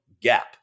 gap